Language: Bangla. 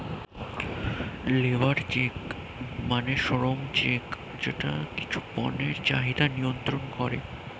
লেবর চেক মানে শ্রম চেক যেটা কিছু পণ্যের চাহিদা নিয়ন্ত্রন করে